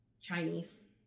chinese